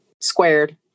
squared